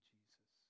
Jesus